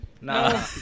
no